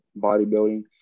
bodybuilding